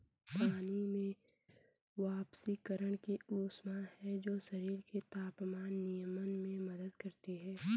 पानी में वाष्पीकरण की ऊष्मा है जो शरीर के तापमान नियमन में मदद करती है